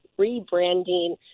rebranding